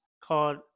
called